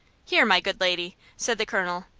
here, my good lady, said the colonel,